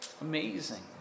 amazing